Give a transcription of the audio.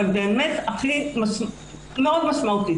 אבל באמת משמעותית מאוד.